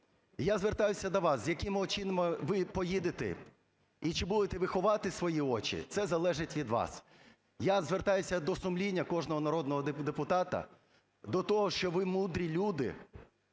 Я звертаюся до вас: з якими очима ви поїдете і чи будете ви ховати свої очі – це залежить від вас. Я звертаюся до сумління кожного народного депутата, до того, що ви мудрі люди,